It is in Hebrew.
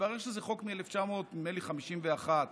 מתברר שזה חוק, נדמה לי, מ-1951,